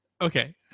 Okay